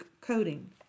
coding